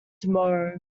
tomorrow